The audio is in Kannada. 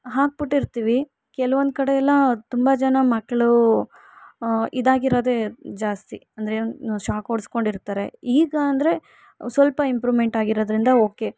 ಹಾಕಿಬಿಟ್ಟಿರ್ತೀವಿ ಕೆಲವೊಂದು ಕಡೆಯೆಲ್ಲ ತುಂಬ ಜನ ಮಕ್ಕಳು ಇದಾಗಿರೋದೇ ಜಾಸ್ತಿ ಅಂದರೆ ಶಾಕ್ ಹೊಡೆಸ್ಕೊಂಡಿರ್ತಾರೆ ಈಗ ಅಂದರೆ ಸ್ವಲ್ಪ ಇಂಪ್ರೂವ್ಮೆಂಟ್ ಆಗಿರೋದ್ರಿಂದ ಓಕೆ